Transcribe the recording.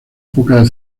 pocas